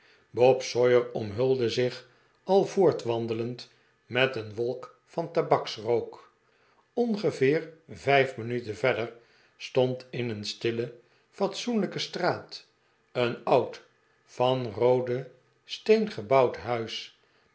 bob sawyer omhulde zich al voortwandelend met een wdlk van tabaksrook ongeveer vijf minuten verder stond in een stille fatsoenlijke straat een oud van rooden steen gebouwd huis